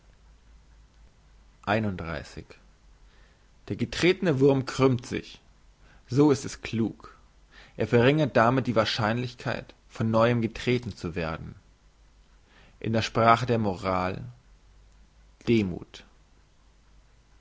der getretene wurm krümmt sich so ist es klug er verringert damit die wahrscheinlichkeit von neuem getreten zu werden in der sprache der moral demuth